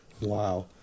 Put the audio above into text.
Wow